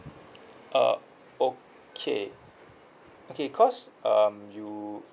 uh okay okay cause um you